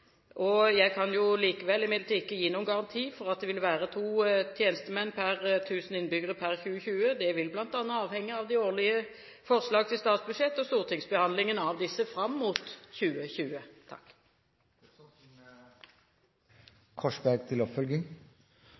Jeg kan likevel ikke gi noen garanti for at det vil være to tjenestemenn per 1 000 innbyggere per 2020. Det vil bl.a. avhenge av de årlige forslagene til statsbudsjett og stortingsbehandlingen av disse fram mot 2020.